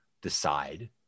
decide